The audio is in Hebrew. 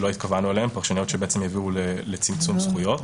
שלא התכוונו אליהם, שבעצם יביאו לצמצום זכויות.